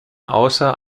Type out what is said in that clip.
außer